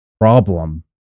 problem